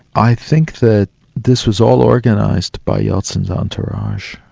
i think that this was all organised by yeltsin's entourage.